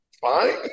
fine